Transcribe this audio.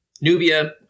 Nubia